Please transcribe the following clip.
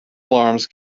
alarms